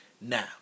Now